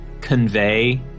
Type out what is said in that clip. convey